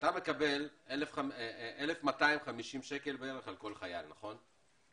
אתה מקבל 1,250 שקל בערך על כל חייל, נכון?